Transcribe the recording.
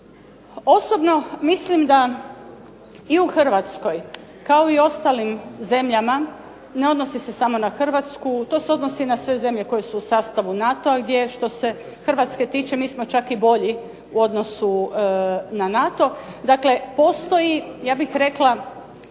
Osobno mislim da i u Hrvatskoj kao i u ostalim zemljama, ne odnosi se samo na Hrvatsku, to se odnosi na sve zemlje koje su u sastavu NATO-ga gdje što se Hrvatske tiče mi smo čak i bolji u odnosu na NATO, dakle postoji ja bih rekla,